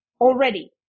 already